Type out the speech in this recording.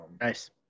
Nice